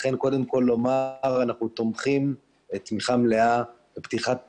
ולכן קודם כל נאמר שאנחנו תומכים תמיכה מלאה בפתיחת השמיים,